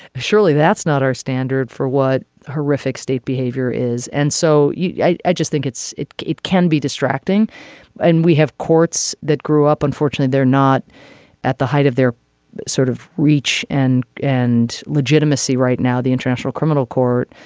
surely that's not our standard for what horrific state behavior is. and so yeah i just think it's it it can be distracting and we have courts that grew up unfortunately they're not at the height of their sort of reach and and legitimacy right now the international criminal court.